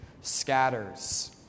scatters